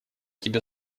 тебе